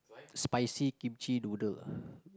spicy kimchi noodle